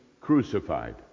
crucified